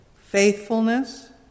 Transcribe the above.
faithfulness